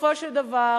בסופו של דבר,